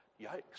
yikes